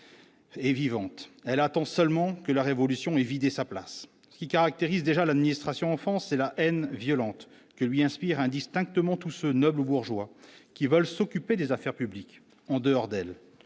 et vivante, elle attend seulement que la révolution vidé sa place, ce qui caractérise déjà l'administration enfance c'est la haine violente que lui inspire indistinctement tous nos bourgeois qui veulent s'occuper des affaires publiques, en dehors d'elle,